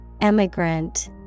Emigrant